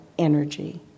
energy